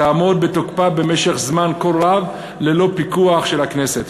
תעמוד בתוקפה במשך זמן כה רב ללא פיקוח של הכנסת.